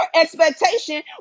expectation